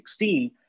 2016